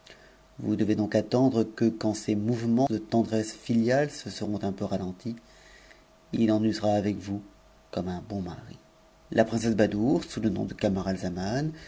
vous devez donc attendre que quand ces o ments de tendresse filiale se seront un peu ralentis i en usera av comme un bon mari la princesse badoure sous le nom de